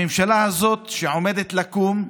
הממשלה הזאת שעומדת לקום,